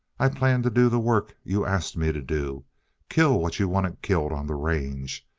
i plan to do the work you asked me to do kill what you wanted killed on the range.